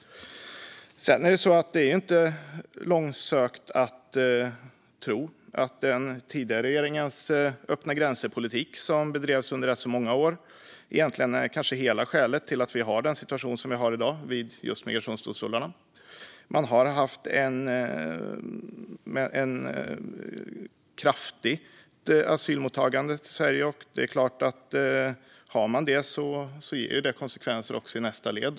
Det är inte långsökt att tro att den tidigare regeringens öppna-gränser-politik, som bedrevs under rätt så många år, egentligen kanske är hela skälet till att vi har den situation som vi har i dag vid just migrationsdomstolarna. Man har haft ett stort asylmottagande i Sverige, och det är klart att om man har det ger det konsekvenser också i nästa led.